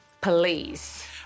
police